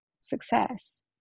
success